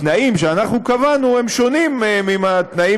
התנאים שאנחנו קבענו הם שונים מהתנאים